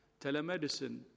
telemedicine